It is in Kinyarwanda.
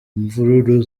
mvururu